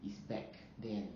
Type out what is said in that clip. is back then